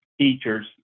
teachers